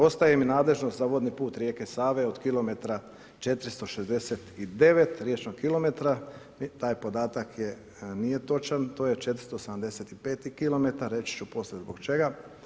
Ostaje im nadležnost za vodni put rijeke Save od kilometra i 469 riječnog kilometra, taj podatak nije točan, to je 475 kilometar, reći ću poslije zbog čega.